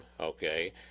okay